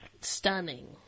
stunning